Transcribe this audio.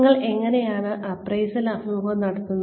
നിങ്ങൾ എങ്ങനെയാണ് അപ്രൈസൽ അഭിമുഖം നടത്തുന്നത്